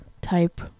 type